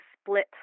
split